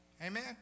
Amen